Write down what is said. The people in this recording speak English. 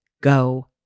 go